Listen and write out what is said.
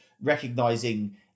recognizing